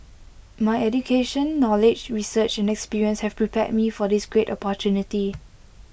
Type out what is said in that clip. my education knowledge research and experience have prepared me for this great opportunity